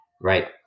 right